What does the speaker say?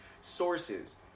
sources